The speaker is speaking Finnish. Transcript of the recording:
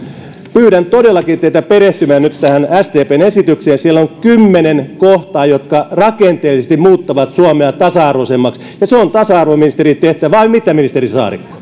pyydän todellakin teitä perehtymään nyt tähän sdpn esitykseen siellä on kymmenen kohtaa jotka rakenteellisesti muuttavat suomea tasa arvoisemmaksi ja se on tasa arvoministerin tehtävä vai mitä